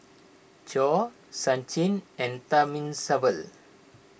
Choor Sachin and Thamizhavel